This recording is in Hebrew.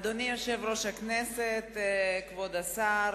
אדוני יושב-ראש הכנסת, כבוד השר,